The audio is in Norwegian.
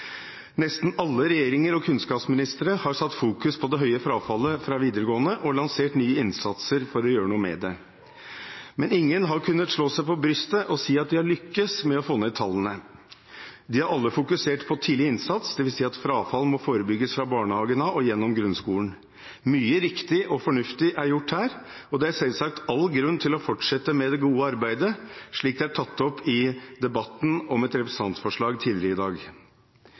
Nesten alle regjeringer og kunnskapsministre har satt fokus på det høye frafallet fra videregående og lansert nye innsatser for å gjøre noe med det. Men ingen har kunnet slå seg på brystet og si at de har lyktes med å få ned tallene. De har alle fokusert på tidlig innsats, dvs. at frafall må forebygges fra barnehagen av og gjennom grunnskolen. Mye riktig og fornuftig er gjort her, og det er selvsagt all grunn til å fortsette med det gode arbeidet, slik det er tatt opp i debatten om et representantforslag tidligere i dag.